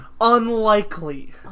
unlikely